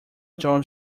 job